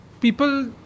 people